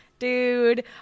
Dude